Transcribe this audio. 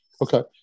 Okay